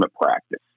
practice